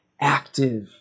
active